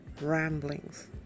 Ramblings